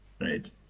right